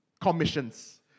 commissions